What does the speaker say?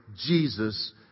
Jesus